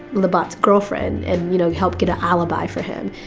labat's girlfriend and, you know, help get an alibi for him,